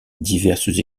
diverses